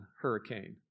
Hurricane